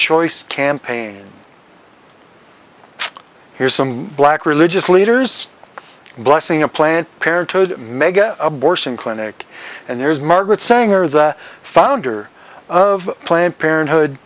choice campaign here's some black religious leaders blessing a planned parenthood mega abortion clinic and there's margaret sanger the founder of planned parenthood